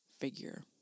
figure